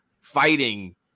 fighting